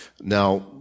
now